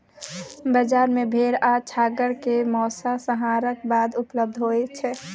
बजार मे भेड़ आ छागर के मौस, संहारक बाद उपलब्ध होय छै